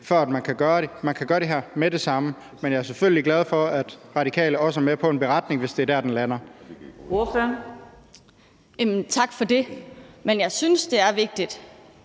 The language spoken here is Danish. gøre det. Man kan gøre det her med det samme. Men jeg er selvfølgelig glad for, at Radikale også er med på en beretning, hvis det er der, den lander. Kl. 13:52 Fjerde næstformand